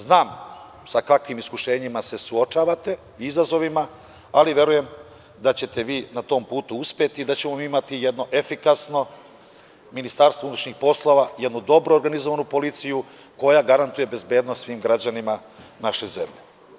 Znam sa kakvim iskušenjima se suočavate i izazovima, ali verujem da ćete vi na tom putu uspeti i da ćemo mi imati jedno efikasno Ministarstvo unutrašnjih poslova, jednu dobro organizovanu policiju koja garantuje bezbednost svim građanima naše zemlje.